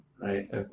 right